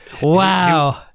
wow